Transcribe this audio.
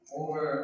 over